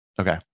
Okay